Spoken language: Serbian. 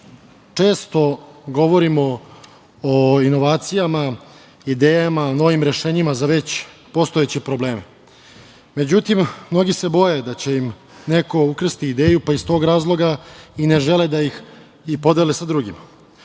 često govorimo o inovacijama, idejama, novim rešenjima za već postojeće probleme. Međutim, mnogi se boje da će im neko ukrasti ideju, pa iz tog razloga i ne žele da ih podele sa drugima. Ono